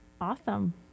Awesome